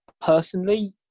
personally